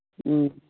ꯎꯝ